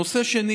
הנושא השני